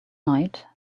night